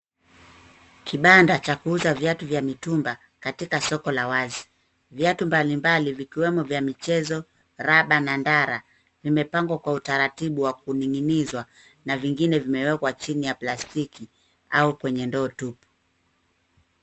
Kibanda cha kuuza viatu vya mitumba katika soko la wazi. Viatu mbalimbali vikiwemo vya michezo, raba na ndara vimepangwa kwa utaratibu wa kuning'inizwa na vingine vimewekwa chini ya plastiki au kwenye ndoo tupu.